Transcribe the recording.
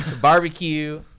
Barbecue